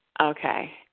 okay